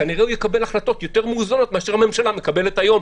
כנראה הוא יקבל החלטות יותר מאוזנות מאשר הממשלה מקבלת היום,